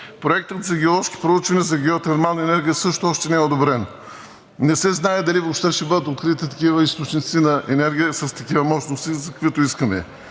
Проектът за геоложки проучвания за геотермална енергия също още не е одобрен. Не се знае дали въобще ще бъдат открити такива източници на енергия с такива мощности, каквито искаме.